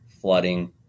flooding